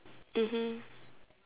mmhmm